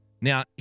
Now